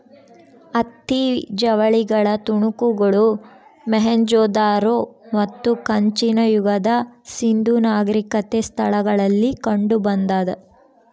ಹತ್ತಿ ಜವಳಿಗಳ ತುಣುಕುಗಳು ಮೊಹೆಂಜೊದಾರೋ ಮತ್ತು ಕಂಚಿನ ಯುಗದ ಸಿಂಧೂ ನಾಗರಿಕತೆ ಸ್ಥಳಗಳಲ್ಲಿ ಕಂಡುಬಂದಾದ